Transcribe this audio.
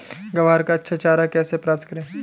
ग्वार का अच्छा चारा कैसे प्राप्त करें?